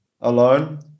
alone